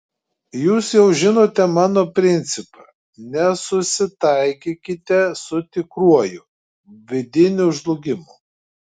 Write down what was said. jūs jau žinote mano principą nesusitaikykite su tikruoju vidiniu žlugimu